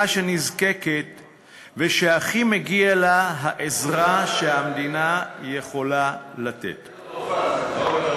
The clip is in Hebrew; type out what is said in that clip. שנזקקת והכי מגיעה לה העזרה שהמדינה יכולה לתת לה.